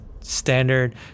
standard